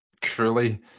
truly